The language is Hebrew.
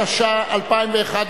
התשע"א 2011,